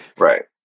Right